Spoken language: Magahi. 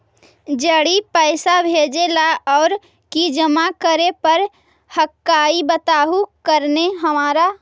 जड़ी पैसा भेजे ला और की जमा करे पर हक्काई बताहु करने हमारा?